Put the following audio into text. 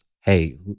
hey